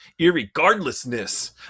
irregardlessness